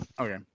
Okay